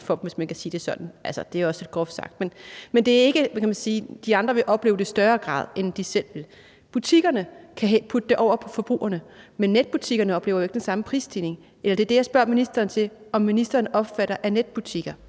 men de udenlandske vil opleve det i større grad, end de selv vil. Butikkerne kan lægge det over på forbrugerne, men netbutikkerne oplever jo ikke den samme prisstigning, eller det er det, jeg spørger ministeren til, altså om ministeren opfatter, at netbutikker,